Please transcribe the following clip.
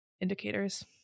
indicators